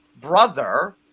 brother